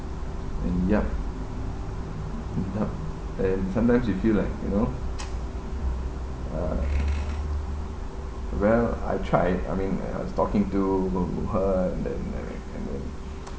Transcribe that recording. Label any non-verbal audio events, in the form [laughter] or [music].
and yup and yup and sometimes she feels like you know [noise] uh end up I try I mean I was talking to her and then and then [noise]